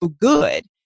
good